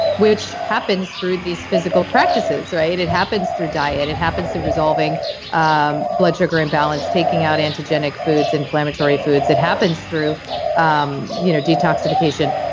which happens through these physical practices, it happens through diet, it happens through resolving um blood sugar imbalance, taking out antigenic foods, inflammatory foods. it happens through um you know detoxification.